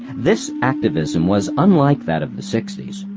this activism was unlike that of the sixties,